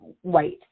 white